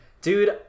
Dude